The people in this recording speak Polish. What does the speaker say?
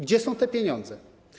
Gdzie są te pieniądze?